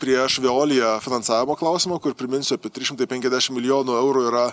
prieš veoliją finansavimo klausimą kur priminsiu apie trys šimtai penkiasdešim milijonų eurų yra